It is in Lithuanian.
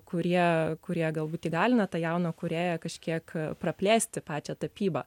kurie kurie galbūt įgalina tą jauną kūrėją kažkiek praplėsti pačią tapybą